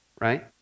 right